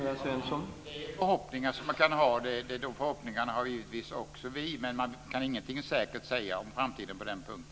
Herr talman! Det är förhoppningar som man kan ha, och de förhoppningarna har givetvis också vi. Men man kan ingenting säkert säga om framtiden på den punkten.